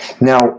Now